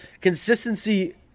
consistency